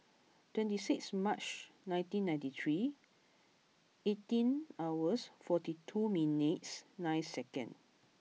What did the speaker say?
twenty six March nineteen ninety three eighteen hours forty two minutes nine seconds